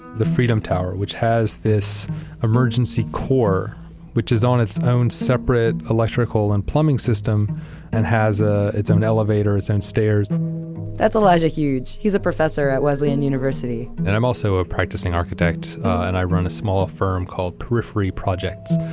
the freedom tower, which has this emergency core which is on it's own separate electrical and plumbing system and has ah it's own elevators and stairs that's elijah huge. he's a professor at wesleyan university and i'm also a practicing architect and i run a small firm called periphery projects,